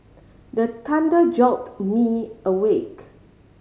the thunder jolt me awake